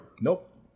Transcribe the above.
nope